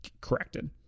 corrected